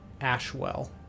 Ashwell